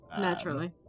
Naturally